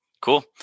Cool